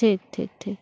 ᱴᱷᱤᱠ ᱴᱷᱤᱠ ᱴᱷᱤᱠ